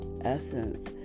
essence